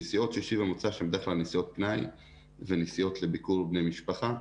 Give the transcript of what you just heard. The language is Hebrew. נסיעות שישי ומוצ"ש הן בדרך כלל נסיעות פנאי ונסיעות לביקור בני משפחה,